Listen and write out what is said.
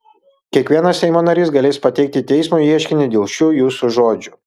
kiekvienas seimo narys galės pateikti teismui ieškinį dėl šių jūsų žodžių